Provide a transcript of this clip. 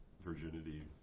virginity